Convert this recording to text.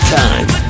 time